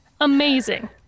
amazing